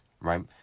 right